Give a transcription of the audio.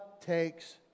takes